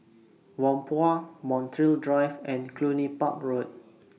Whampoa Montreal Drive and Cluny Park Road